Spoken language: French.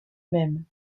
même